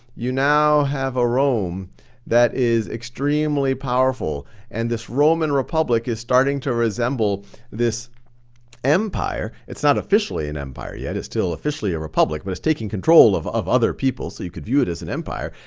you now have a rome that is extremely powerful and this roman republic is starting to resemble this empire. it's not officially an empire yet. it's still officially a republic, but it's taking control of of other people so you could view it as an empire.